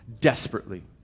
desperately